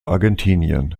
argentinien